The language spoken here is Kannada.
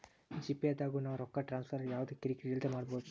ಜಿ.ಪೇ ದಾಗು ನಾವ್ ರೊಕ್ಕ ಟ್ರಾನ್ಸ್ಫರ್ ಯವ್ದ ಕಿರಿ ಕಿರಿ ಇಲ್ದೆ ಮಾಡ್ಬೊದು